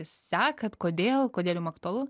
sekat kodėl kodėl jum aktualu